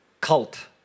cult